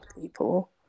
people